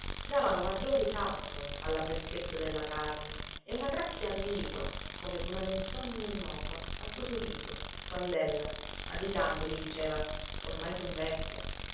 davano maggior risalto alla freschezza della carne e una grazia ambigua come d'una menzogna innocua al suo sorriso quand'ella additandoli diceva ormai son vecchia